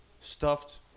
Stuffed